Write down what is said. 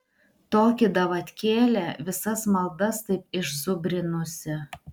toki davatkėlė visas maldas taip išzubrinusi